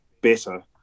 better